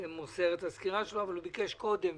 מוסר את הסקירה שלו, אבל הוא ביקש קודם.